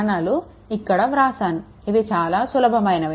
ఇవి చాలా సులభమైనవి